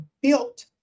built